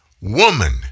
woman